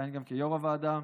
שתכהן גם כיו"ר הוועדה,